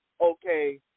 okay